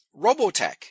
Robotech